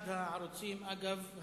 דרך אגב,